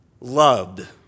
loved